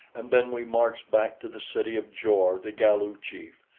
and then we marched back to the city of jor the galu chief,